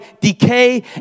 decay